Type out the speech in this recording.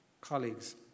colleagues